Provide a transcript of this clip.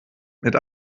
mit